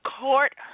court